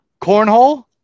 Cornhole